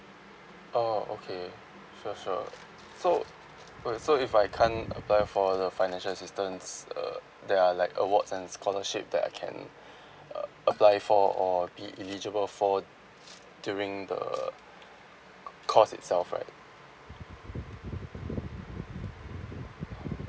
oh okay sure sure so wait so if I can't apply for the financial assistance uh there are like awards and scholarship that I can uh apply for or be eligible for during the uh course itself right